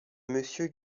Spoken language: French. monsieur